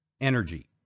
Energy